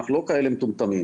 אנחנו לא כאלה מטומטמים,